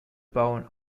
bauen